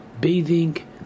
Bathing